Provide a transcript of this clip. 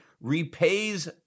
repays